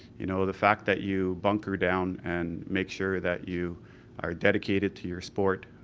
you know the fact that you bunker down and make sure that you are dedicated to your sport,